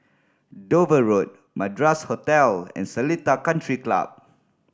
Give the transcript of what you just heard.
Dover Road Madras Hotel and Seletar Country Club